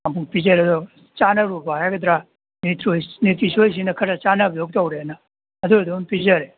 ꯑꯃꯨꯛ ꯄꯤꯖꯔꯒ ꯆꯥꯟꯅꯔꯨꯕ ꯍꯥꯏꯒꯗ꯭ꯔꯥ ꯅꯤꯎꯇ꯭ꯔꯤ ꯆꯣꯏꯁꯁꯤꯅ ꯈꯔ ꯆꯥꯟꯅꯕꯗꯧ ꯇꯧꯔꯦꯅ ꯑꯗꯨ ꯑꯗꯨꯝ ꯄꯤꯖꯔꯦ